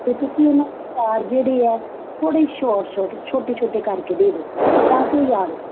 ਅਤੇ ਤੁਸੀਂ ਇਹਨੂੰ ਚਾਰ ਜਿਹੜੇ ਹੈ ਥੋੜ੍ਹੇ ਛੋਟ ਛੋਟ ਛੋਟੇ ਛੋਟੇ ਕਰਕੇ ਦੇ ਦਿਉ ਤਾਂ ਕਿ ਉਹ ਯਾਦ ਕਰ